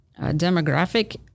demographic